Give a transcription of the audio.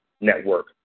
Network